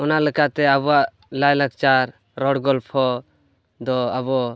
ᱚᱱᱟ ᱞᱮᱠᱟᱛᱮ ᱟᱵᱚᱣᱟᱜ ᱞᱟᱭ ᱞᱟᱠᱪᱟᱨ ᱨᱚᱲ ᱜᱚᱞᱯᱷᱚ ᱫᱚ ᱟᱵᱚ